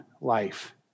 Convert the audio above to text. life